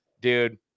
dude